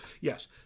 yes